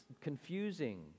confusing